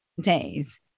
days